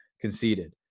conceded